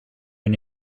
and